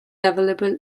available